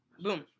Boom